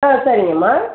ஆ சரிங்கம்மா